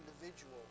individual